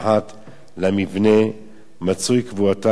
מצויים קבריהם של דוד ומלכי יהודה.